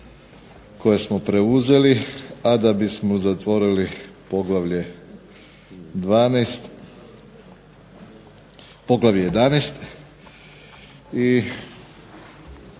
koje smo preuzeli, a da bismo zatvorili poglavlje 11 i